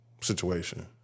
situation